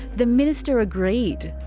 the minister agreed.